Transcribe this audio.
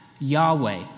Yahweh